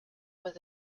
with